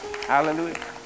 Hallelujah